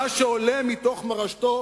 מה שעולה מתוך מורשתו